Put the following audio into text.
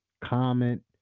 comment